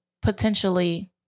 potentially